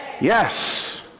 Yes